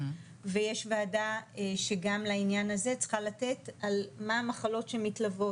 יש ועדה שגם לעניין הזה צריכה לתת על מה המחלות שמתלוות,